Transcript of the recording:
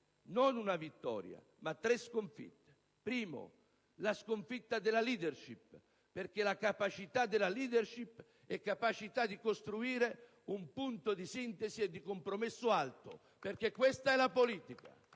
non una vittoria. Primo, la sconfitta della *leadership*, perché la capacità della *leadership* è capacità di costruire un punto di sintesi e di compromesso alto. Questa è la politica.